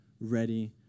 ready